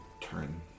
turn